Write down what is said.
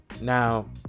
Now